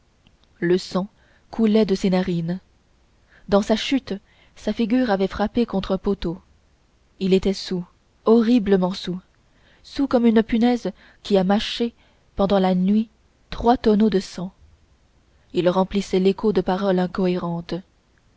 le sang coulait de ses narines dans sa chute sa figure avait frappé contre un poteau il était soûl horriblement soûl soûl comme une punaise qui a mâché pendant la nuit trois tonneaux de sang il remplissait l'écho de paroles incohérentes